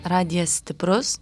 radijas stiprus